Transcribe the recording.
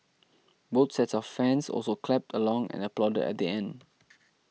both sets of fans also clapped along and applauded at the end